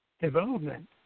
development